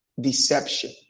deception